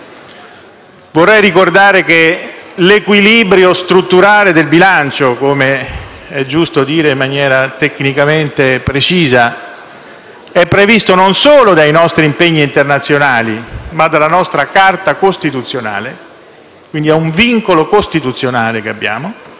Vorrei ricordare che l'equilibrio strutturale del bilancio, come è giusto dire in maniera tecnicamente precisa, è previsto non solo dai nostri impegni internazionali, ma dalla nostra Carta costituzionale, quindi è un vincolo costituzionale che abbiamo